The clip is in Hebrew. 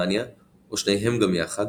מאניה או שניהם גם יחד,